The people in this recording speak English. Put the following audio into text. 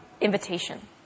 invitation